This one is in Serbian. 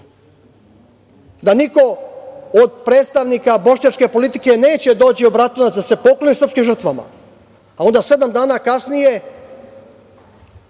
da niko od predstavnika bošnjačke politike neće doći u Bratunac da se pokloni srpskim žrtvama, a onda sedam dana kasnije